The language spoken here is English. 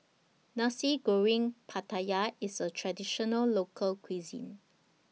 Nasi Goreng Pattaya IS A Traditional Local Cuisine